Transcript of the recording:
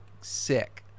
sick